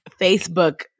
Facebook